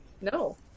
no